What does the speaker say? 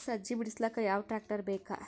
ಸಜ್ಜಿ ಬಿಡಿಸಿಲಕ ಯಾವ ಟ್ರಾಕ್ಟರ್ ಬೇಕ?